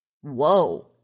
Whoa